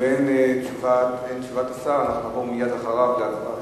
באין תשובת השר, נעבור מייד אחריו להצבעה.